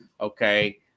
okay